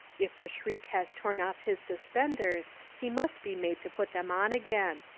if the shriek has torn off his suspenders he must be made to put them on again.